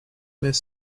metz